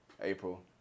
april